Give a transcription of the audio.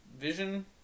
vision